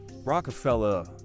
Rockefeller